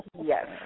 Yes